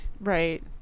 right